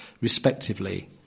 respectively